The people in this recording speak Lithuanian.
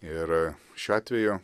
ir šiuo atveju